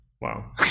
wow